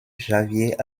javier